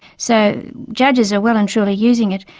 so judges are well and truly using it.